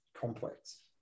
complex